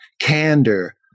candor